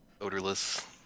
odorless